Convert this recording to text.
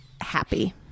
happy